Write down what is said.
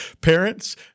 parents